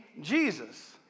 Jesus